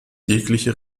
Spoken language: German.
jegliche